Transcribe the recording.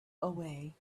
away